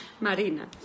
Marina